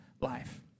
life